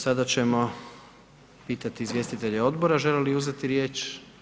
Sada ćemo pitati izvjestitelje odbora žele li uzeti riječ?